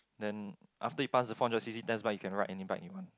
then after he pass the four hundred C_C test bike you can ride any bike you want